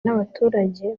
n’abaturage